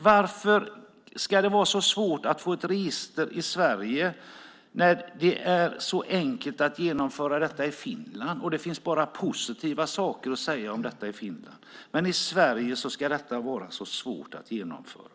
Varför ska det vara så svårt att få ett register i Sverige när det är så enkelt att genomföra detta i Finland? Det finns bara positiva saker att säga om detta i Finland. Men i Sverige ska detta vara så svårt att genomföra.